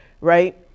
right